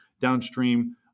downstream